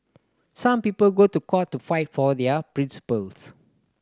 some people go to court to fight for their principles